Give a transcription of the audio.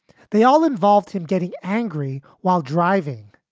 they all involved him getting angry while driving.